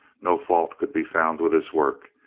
no fault could be found with his work.